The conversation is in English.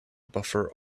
buffer